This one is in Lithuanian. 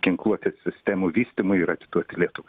ginkluotės sistemų vystymui yra kitų atletų